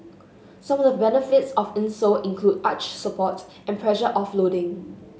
some of the benefits of insole include arch support and pressure offloading